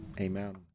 Amen